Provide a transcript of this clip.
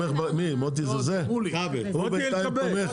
הוא תומך יותר